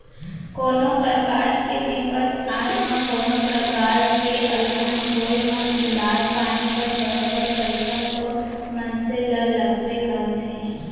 कोनो परकार के बिपत आए म कोनों प्रकार के अलहन होय म इलाज पानी बर बरोबर पइसा तो मनसे ल लगबे करथे